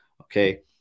okay